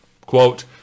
quote